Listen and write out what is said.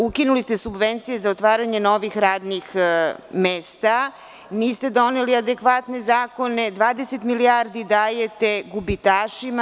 Ukinuli ste subvencije za otvaranje novih radnih mesta, niste doneli adekvatne zakone, 20 milijardi dajete gubitašima.